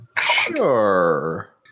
Sure